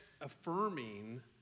affirming